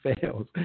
fails